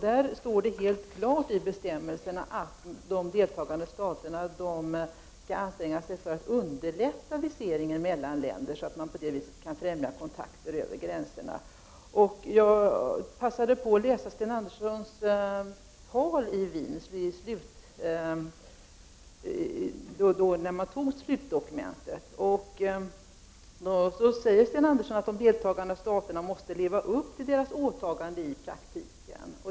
Där står helt klart att de deltagande staterna skall anstränga sig för att underlätta viseringen mellan länder så att man på det sättet kan främja kontakter över gränserna. Jag passade på att läsa det tal som Sten Andersson höll i Wien när man fattade beslut om slutdokumentet. Där säger Sten Andersson att de deltagande staterna i praktiken måste leva upp till sina åtaganden.